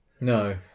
No